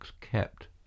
kept